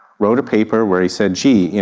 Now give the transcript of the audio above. wrote a paper where he said, gee,